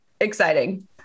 exciting